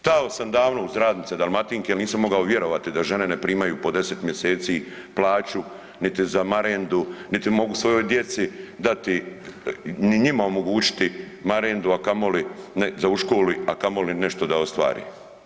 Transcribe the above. Stao sam davno uz radnice Dalmatinke jer nisam mogao vjerovati da žene ne primaju po 10 mjeseci plaću niti za marendu, niti mogu svojoj djeci dati, ni njima omogućiti marendu, a kamoli, za u školi, a kamoli nešto da ostvare.